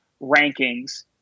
rankings